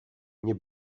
nie